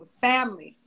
Family